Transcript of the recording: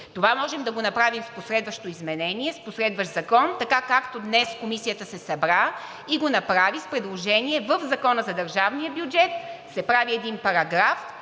Това можем да го направим в последващо изменение, с последващ закон – така, както днес Комисията се събра и го направи. С предложение в Закона за държавния бюджет се прави един параграф,